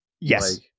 Yes